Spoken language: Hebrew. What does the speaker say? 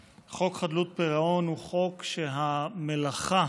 חוק חדלות פירעון הוא חוק שהמלאכה,